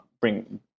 bring